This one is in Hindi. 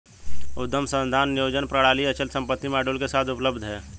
उद्यम संसाधन नियोजन प्रणालियाँ अचल संपत्ति मॉड्यूल के साथ उपलब्ध हैं